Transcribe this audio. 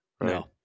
no